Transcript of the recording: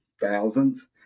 Thousands